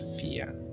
fear